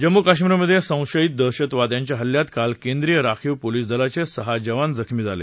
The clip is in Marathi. जम्मू कश्मीरमधे संशयित दहशतवाद्यांच्या हल्ल्यात काल केंद्रीय राखीव पोलीस दलाचे सहा जवान जखमी झाले